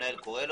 קורא לו.